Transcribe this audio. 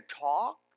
talk